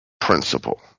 principle